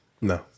No